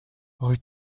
rue